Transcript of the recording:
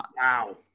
Wow